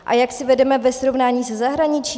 A jak si vedeme ve srovnání se zahraničím?